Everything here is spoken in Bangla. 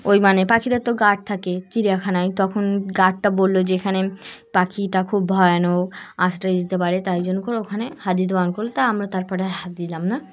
ওই মানে পাখিরদের তো গার্ড থাকে চিড়িয়াখানায় তখন গার্ডটা বললো যেখানে পাখিটা খুব ভয়ানক আশ্রয় দিতে পারে তাই জন্য করে ওখানে হাত দিতে বারণ করল তা আমরা তারপরে হাত দিলাম না